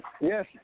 Yes